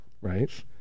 Right